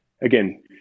again